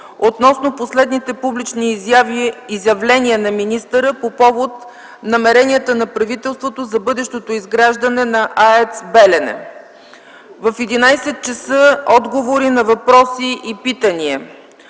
относно последните публични изявления на министъра по повод намеренията на правителството за бъдещето изграждане на АЕЦ „Белене”. В 11,00 ч. – отговори на въпроси и питания.